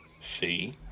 See